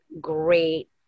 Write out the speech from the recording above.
great